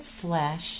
slash